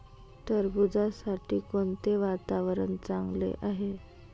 टरबूजासाठी कोणते वातावरण चांगले आहे?